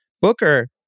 Booker